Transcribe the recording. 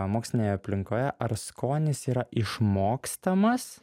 mokslinėje aplinkoje ar skonis yra išmokstamas